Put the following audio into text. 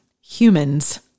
humans